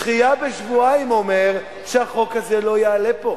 דחייה בשבועיים זה אומר שהחוק הזה לא יעלה פה,